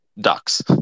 ducks